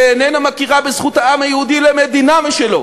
שאיננה מכירה בזכות העם היהודי למדינה משלו